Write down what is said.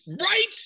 right